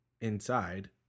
inside